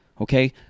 okay